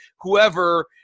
whoever